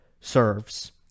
serves